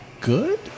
Good